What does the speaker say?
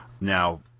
Now